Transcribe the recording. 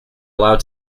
allowed